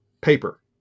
paper